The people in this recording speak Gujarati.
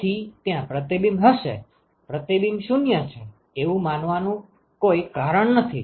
તેથી ત્યાં પ્રતિબિંબ હશે પ્રતિબિંબ 0 છે એવું માનવાનું કોઈ કારણ નથી